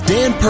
Dan